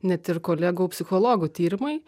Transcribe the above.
net ir kolegų psichologų tyrimai